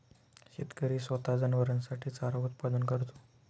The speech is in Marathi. शेतकरी स्वतः जनावरांसाठी चारा उत्पादन करतो